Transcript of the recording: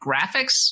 graphics